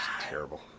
terrible